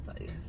yes